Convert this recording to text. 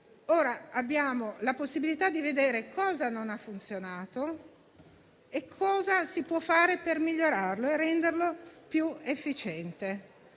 Ora abbiamo la possibilità di vedere cosa non ha funzionato e cosa si può fare per migliorarlo e renderlo più efficiente.